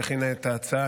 שהכינה את ההצעה,